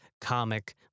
comic